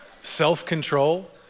self-control